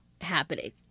happening